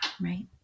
right